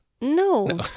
No